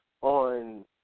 on